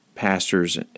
pastors